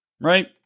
right